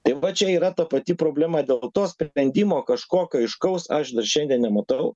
tai vat čia yra ta pati problema dėl to sprendimo kažkokio aiškaus aš dar šiandien nematau